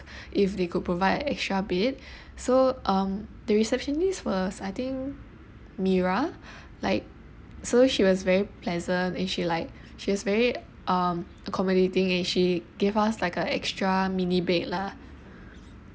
if they could provide extra bed so um the receptionist was I think mirah like so she was very pleasant and she like she was very um accommodating and she gave us like a extra mini bed lah